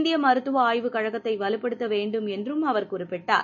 இந்தியமருத்துவஆய்வுக் கழகத்ததைவலுப்படுத்தவேண்டும் என்றுஅவர் குறிப்பிட்டார்